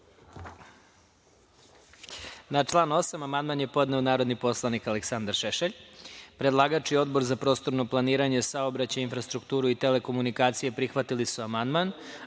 član 8. amandman je podneo narodni poslanik Aleksandar Šešelj. Predlagač i Odbor za prostorno planiranje, saobraćaj, infrastrukturu i telekomunikacije, prihvatili su amandman. Odbor